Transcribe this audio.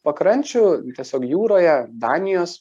pakrančių tiesiog jūroje danijos